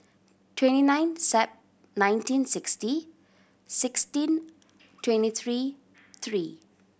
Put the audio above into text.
twenty nine Sep nineteen sixty sixteen twenty three three